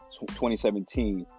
2017